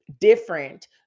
different